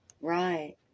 Right